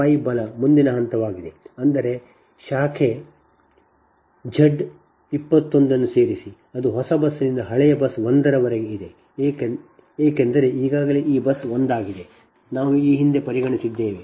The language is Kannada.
5 ಬಲ ಮುಂದಿನ ಹಂತವಾಗಿದೆ ಅಂದರೆ ಶಾಖೆ Z 21 ಅನ್ನು ಸೇರಿಸಿ ಅದು ಹೊಸ ಬಸ್ನಿಂದ ಹಳೆಯ ಬಸ್ 1 ರವರೆಗೆ ಇದೆ ಏಕೆಂದರೆ ಈಗಾಗಲೇ ಈ ಬಸ್ ಒಂದಾಗಿದೆ ನಾವು ಈ ಹಿಂದೆ ಪರಿಗಣಿಸಿದ್ದೇವೆ